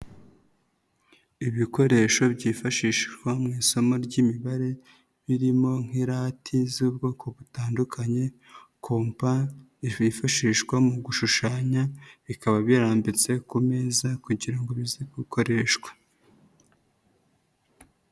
Ibikoresho byifashishwa mu isomo ry'imibare, birimo nk'irati z'ubwoko butandukanye, kompa yifashishwa mu gushushanya, bikaba birambitse ku meza kugira ngo bize gukoreshwa.